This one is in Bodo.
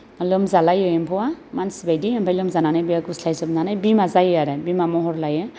लोमजालायो एम्फौआ मानसि बायदि ओमफाय लोमजानानै बेयो गुरस्लायजोबनानै बिमा जायो आरो बिमा महर लायो